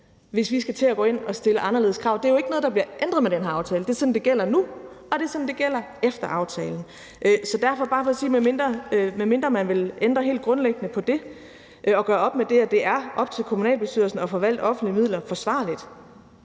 hvis vi skal gå ind og stille anderledes krav. Det er jo ikke noget, der bliver ændret med den her aftale; det er sådan, det gælder nu, og det er sådan, det gælder efter aftalen. Så det er bare for at sige, at spørgsmålet er, om man vil ændre helt grundlæggende på det og gøre op med det. Jeg mener helt grundlæggende, at det er op til kommunalbestyrelsen at forvalte offentlige midler forsvarligt,